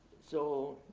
so